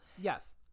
yes